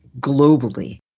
globally